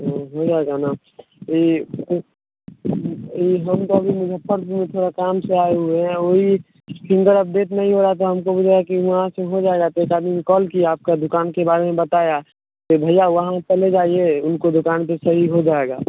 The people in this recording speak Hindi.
तो हो जाएगा ना यह यह हमको यह हम तो मुज़फ़्फ़रपुर में थोड़ा काम से आए हुए हैं वही फिंगर अपडेट नहीं हो रहा था हमको बुझाया कि वहाँ से हो जाएगा तो एक आदमी कॉल किया आपका दुकान के बारे में बताया फिर भैया वहाँ चले जाइए उनको दुकान पर सही हो जाएगा